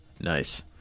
Nice